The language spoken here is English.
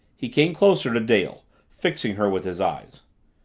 he came closer to dale, fixing her with his eyes.